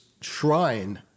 shrine